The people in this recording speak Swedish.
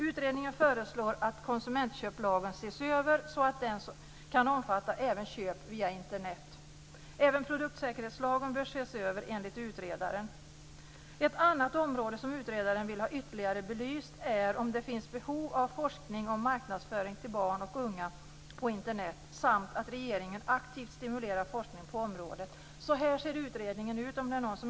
Utredningen föreslår att konsumentköplagen ses över så att den kan omfatta även köp via Internet. Även produktsäkerhetslagen bör ses över enligt utredaren. Ett annat område som utredningen vill ha ytterligare belyst är om det finns behov av forskning om marknadsföring till barn och unga på Internet samt att regeringen aktivt stimulerar forskning på området.